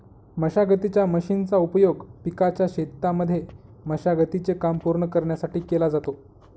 मशागतीच्या मशीनचा उपयोग पिकाच्या शेतांमध्ये मशागती चे काम पूर्ण करण्यासाठी केला जातो